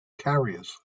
carriers